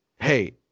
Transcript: hey